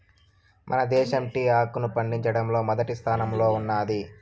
మన దేశం టీ ఆకును పండించడంలో మొదటి స్థానంలో ఉన్నాది